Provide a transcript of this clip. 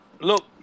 look